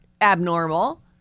abnormal